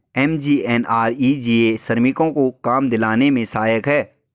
MGNREGA श्रमिकों को काम दिलाने में सहायक है